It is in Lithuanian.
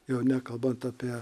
jau nekalbant apie